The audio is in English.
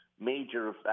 major –